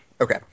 Okay